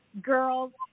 girls